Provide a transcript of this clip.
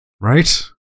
right